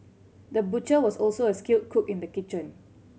the butcher was also a skilled cook in the kitchen